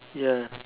ya